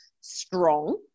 strong